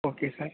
okay sir